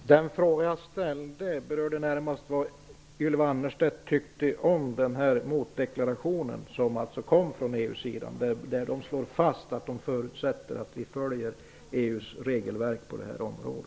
Herr talman! Den fråga som jag ställde berörde närmast vad Ylva Annerstedt tyckte om den motdeklaration som kom från EU:s sida. Där slås det fast att man förutsätter att Sverige följer EU:s regelverk på detta område.